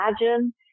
imagine